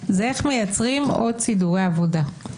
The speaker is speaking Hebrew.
זה איך לייצר עוד סידורי עבודה.